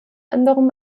anderem